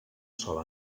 sola